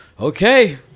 Okay